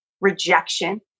rejection